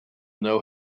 know